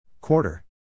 Quarter